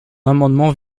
amendement